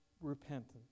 repentance